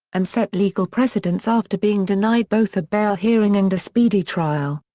and set legal precedents after being denied both a bail hearing and a speedy trial.